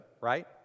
right